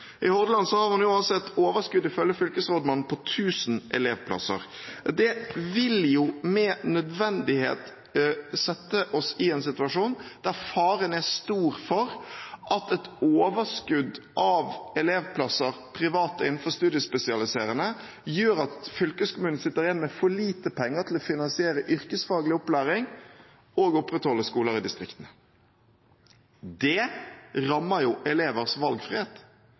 I Hordaland har man et overskudd, ifølge fylkesrådmannen, på over 1 000 elevplasser. Det vil jo med nødvendighet sette oss i en situasjon der faren er stor for at et overskudd av private elevplasser innenfor studiespesialisering gjør at fylkeskommunen sitter igjen med for lite penger til å finansiere yrkesfaglig opplæring og til å opprettholde skoler i distriktene. Det rammer elevers valgfrihet,